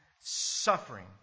Suffering